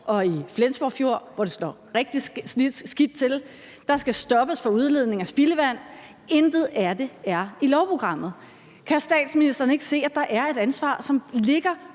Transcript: og i Flensborg Fjord, hvor det står rigtig skidt til, og der skal stoppes for udledning af spildevand. Intet af det er i lovprogrammet. Kan statsministeren ikke se, at der er et ansvar, som ligger